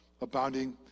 abounding